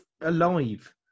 alive